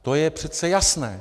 To je přece jasné.